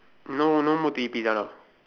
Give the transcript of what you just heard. no no mood to eat pizza now